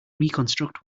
reconstruct